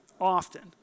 often